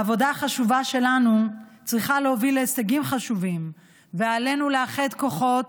העבודה החשובה שלנו צריכה להוביל להישגים חשובים ועלינו לאחד כוחות,